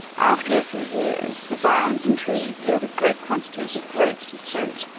after a few years the vines and trees yielded great quantities of grapes and fruit,